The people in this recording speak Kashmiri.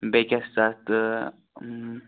بیٚیہِ کیاہ چھُ تتھ